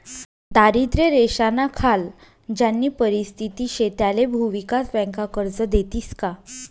दारिद्र्य रेषानाखाल ज्यानी परिस्थिती शे त्याले भुविकास बँका कर्ज देतीस का?